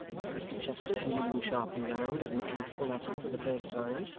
said mr chester, wheeling sharply round, and looking full at him for the first time.